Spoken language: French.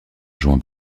joints